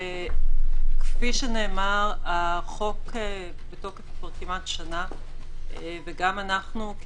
כפי שנאמר, החוק בתוקף כבר כמעט שנה, וגם אנחנו,